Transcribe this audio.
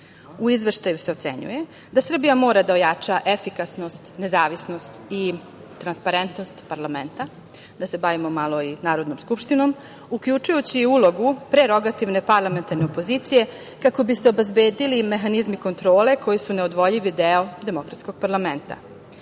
Izveštaju se ocenjuje da Srbija mora da ojača efikasnost, nezavisnost i transparentnost parlamenta, da se bavimo malo i Narodnom skupštinom, uključujući ulogu prerogativne parlamentarne opozicije, kako bi se obezbedili mehanizmi kontrole koji su neodvojivi deo demokratskog parlamenta. Evropska